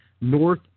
North